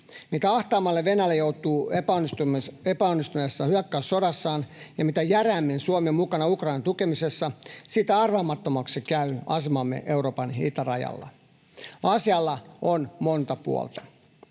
Mitä ahtaammalle Venäjä joutuu epäonnistuneessa hyökkäyssodassaan ja mitä järeämmin Suomi on mukana Ukrainan tukemisessa, sitä arvaamattomammaksi käy asemamme Euroopan itärajalla. Asialla on monta puolta.